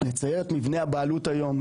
לצייר את מבנה הבעלות היום,